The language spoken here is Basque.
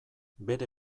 bere